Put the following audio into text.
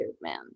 man